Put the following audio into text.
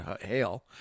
hail